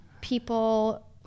people